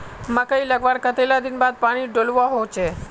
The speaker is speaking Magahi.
मकई लगवार कतला दिन बाद पानी डालुवा होचे?